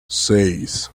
seis